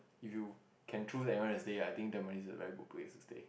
you can anywhere to stay I think tamppines is a very good place to stay